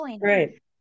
right